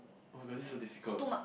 oh-my-god this so difficult